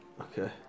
Okay